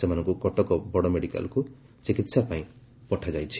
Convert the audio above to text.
ସେମାନଙ୍କୁ କଟକ ବଡ଼ ମେଡିକାଲ୍କୁ ଚିକିହା ପାଇଁ ପଠାଯାଇଛି